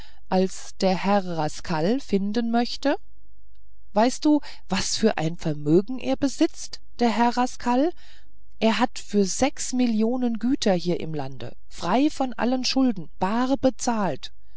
als der herr rascal finden möchte weißt du was für ein vermögen er besitzt der herr rascal er hat für sechs millionen güter hier im lande frei von allen schulden bar bezahlt